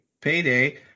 payday